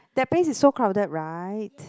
that place is so crowded right